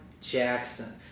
Jackson